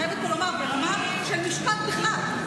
אני חייבת פה לומר, ברמה של משפט בכלל.